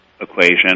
equation